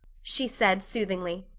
she said soothingly.